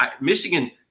Michigan